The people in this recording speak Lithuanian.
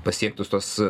pasiektus tuos